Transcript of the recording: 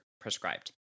prescribed